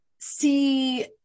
see